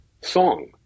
song